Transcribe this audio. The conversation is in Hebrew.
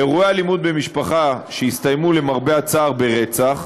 באירועי אלימות במשפחה שהסתיימו למרבה הצער ברצח,